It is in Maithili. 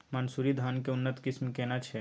मानसुरी धान के उन्नत किस्म केना छै?